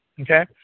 Okay